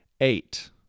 Eight